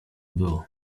było